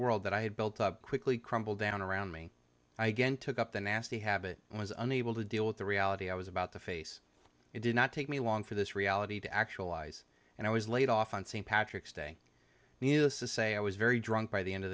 world that i had built up quickly crumbled down around me i again took up the nasty habit i was unable to deal with the reality i was about to face it did not take me long for this reality to actualize and i was laid off on st patrick's day needless to say i was very drunk by the end of